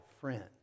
friend